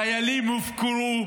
חיילים הופקרו,